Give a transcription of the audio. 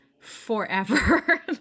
forever